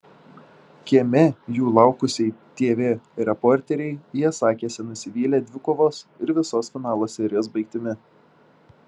kieme jų laukusiai tv reporterei jie sakėsi nusivylę dvikovos ir visos finalo serijos baigtimi